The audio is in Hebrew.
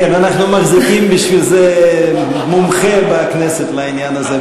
כן, אנחנו מחזיקים מומחה בכנסת לעניין הזה.